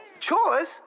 Chores